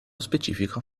specifico